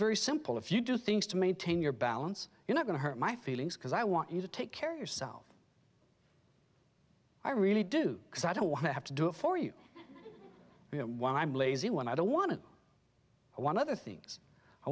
very simple if you do things to maintain your balance you're not going to hurt my feelings because i want you to take care of yourself i really do because i don't want to have to do it for you while i'm lazy when i don't want to one other things i